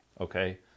Okay